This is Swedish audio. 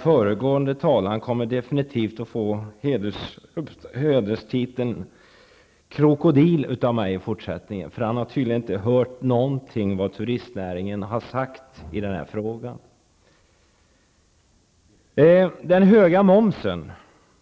Föregående talare kommer definitivt att av mig i fortsättningen få hederstiteln krokodil, eftersom han tydligen inte har hört något av vad man från turistnäringen har sagt i den här frågan. Den höga momsen